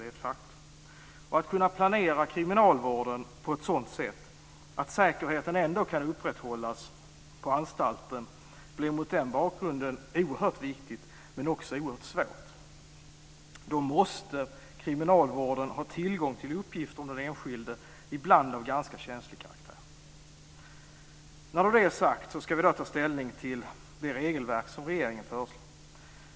Det är ett faktum. Att man kan planera kriminalvården på ett sådant sätt att säkerheten ändå kan upprätthållas på anstalten blir mot den bakgrunden oerhört viktigt men också oerhört svårt. Då måste kriminalvården ha tillgång till uppgifter om den enskilde, ibland av ganska känslig karaktär. När det är sagt ska vi då ta ställning till det regelverk som regeringen föreslår.